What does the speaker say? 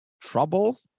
trouble